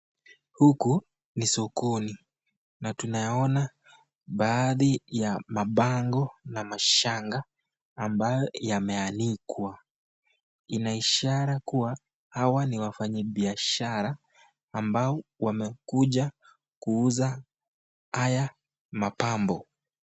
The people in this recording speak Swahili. Huku ni sokoni na tunaona baadhi ya mabango na mashanga ambayo yameanikwa ina ishara kuwa hawa ni wafanyibiashara ambao wamekuja kuuza haya mapambo.